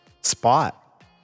Spot